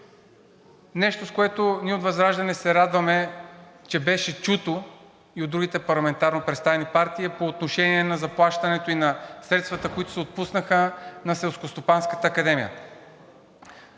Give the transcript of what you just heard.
Нещо, с което ние от ВЪЗРАЖДАНЕ се радваме, че беше чуто и от другите парламентарно представени партии, е по отношение на заплащането и на средствата, които се отпуснаха на Селскостопанската академия.